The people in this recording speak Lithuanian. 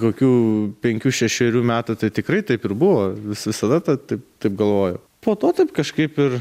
kokių penkių šešerių metų tai tikrai taip ir buvo visada tad taip galvojau po to taip kažkaip ir